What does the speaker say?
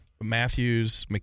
Matthews